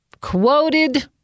quoted